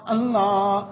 Allah